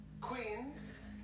Queens